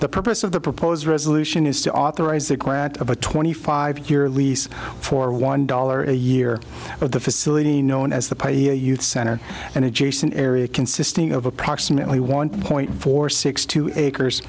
the purpose of the proposed resolution is to authorize the grant of a twenty five year lease for one dollar a year of the facility known as the pay youth center and adjacent area consisting of approximately one point four six two acres